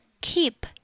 Keep